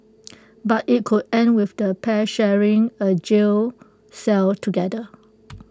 but IT could end with the pair sharing A jail cell together